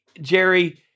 Jerry